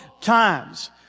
times